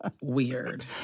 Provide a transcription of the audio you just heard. weird